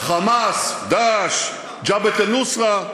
"חמאס", "דאעש", "ג'בהת אל-נוסרה"